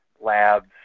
labs